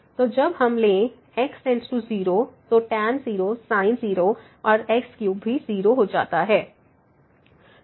तो जब हम ले x → 0 लेते हैं तो tan 0sin 0 और x3 भी 0हो जाता है